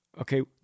okay